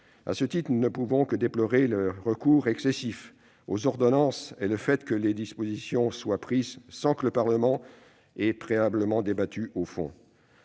À ce titre, nous ne pouvons que déplorer le recours excessif aux ordonnances et le fait que des dispositions soient prises sans que le Parlement ait préalablement débattu au fond.